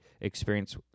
experience